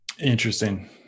Interesting